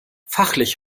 fachlich